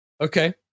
Okay